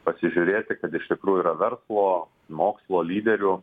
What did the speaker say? pasižiūrėti kad iš tikrųjų verslo mokslo lyderių